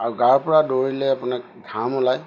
আৰু গাৰ পৰা দৌৰিলে আপোনাক ঘাম ওলায়